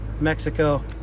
Mexico